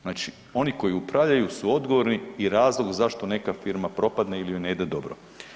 Znači oni koji upravljaju su odgovorni i razlog zašto neka firma propadne ili joj ne ide dobro.